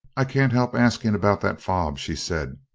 i can't help asking about that fob, she said.